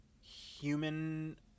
human